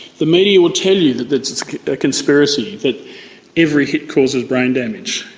the media will tell you that it's it's a conspiracy, that every hit causes brain damage.